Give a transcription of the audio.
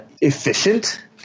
efficient